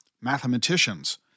Mathematicians